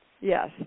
Yes